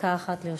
דקה אחת לרשותך.